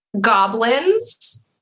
goblins